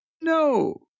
No